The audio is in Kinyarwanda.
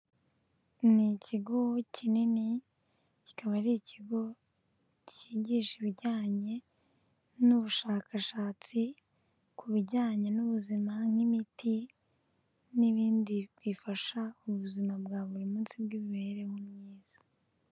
Ni ikigo kinini kikaba ari ikigo cyigisha ibijyanye n'ubushakashatsi ku bijyanye n'ubuzima, n'imiti n'ibindi bifasha ubuzima bwa buri munsi bw'imibereho myiza.